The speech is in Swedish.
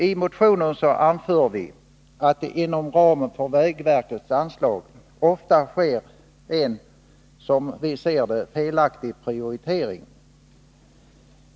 I motionen anför vi att det inom ramen för vägverkets anslag ofta sker en — som vi ser det — felaktig prioritering.